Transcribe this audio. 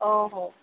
ఓహో